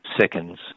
seconds